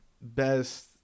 Best